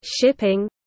shipping